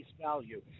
value